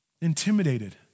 intimidated